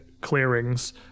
clearings